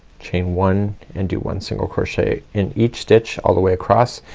chain one and do one single crochet in each stitch all the way across.